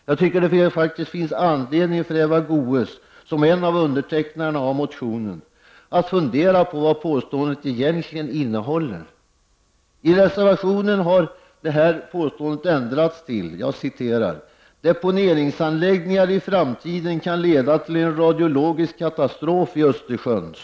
Jag tycker faktiskt att det finns anledning för Eva Goös, som en av undertecknarna av motionen, att fundera över vad påståendet egentligen innebär. I reservationen har påståendet ändrats till att ”deponeringsanläggningar i framtiden kan leda till en radiologisk katastrof i Östersjön”.